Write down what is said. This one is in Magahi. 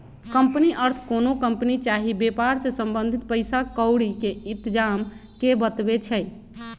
कंपनी अर्थ कोनो कंपनी चाही वेपार से संबंधित पइसा क्औरी के इतजाम के बतबै छइ